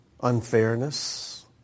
unfairness